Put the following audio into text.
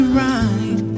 right